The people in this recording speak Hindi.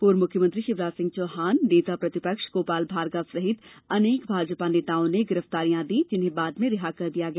पूर्व मुख्यमंत्री शिवराज सिंह चौहान नेता प्रतिपक्ष गोपाल भार्गव सहित अनेक भाजपा नेताओं ने गिरफ्तारियां दी जिन्हें बाद में रिहा कर दिया गया